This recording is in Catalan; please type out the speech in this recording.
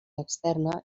externa